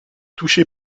touché